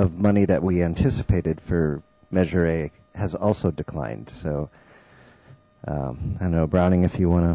of money that we anticipated for measure a has also declined so i know browning if you want